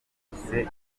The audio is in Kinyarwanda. bise